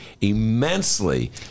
immensely